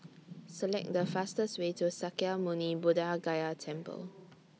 Select The fastest Way to Sakya Muni Buddha Gaya Temple